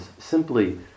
simply